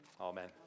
Amen